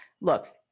look